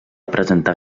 presentar